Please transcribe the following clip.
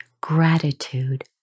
gratitude